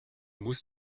muss